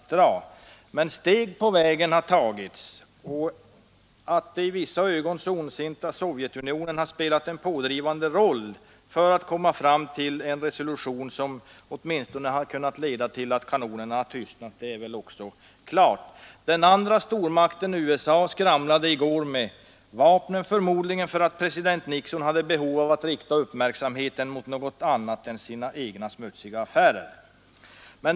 Men det har tagits steg på den vägen, och att den i vissa människors ögon så ondsinta Sovjetunionen där har spelat en pådrivande roll för att komma fram till en resolution som åtminstone kunnat leda till att kanonerna tystnat är väl också klart. Den andra stormakten, USA, skramlade i går med vapnen, förmodligen därför att president Nixon hade behov av att rikta uppmärksamheten mot något annat än sina egna smutsiga affärer.